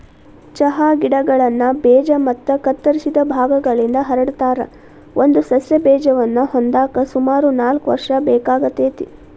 ಚಹಾ ಗಿಡಗಳನ್ನ ಬೇಜ ಮತ್ತ ಕತ್ತರಿಸಿದ ಭಾಗಗಳಿಂದ ಹರಡತಾರ, ಒಂದು ಸಸ್ಯ ಬೇಜವನ್ನ ಹೊಂದಾಕ ಸುಮಾರು ನಾಲ್ಕ್ ವರ್ಷ ಬೇಕಾಗತೇತಿ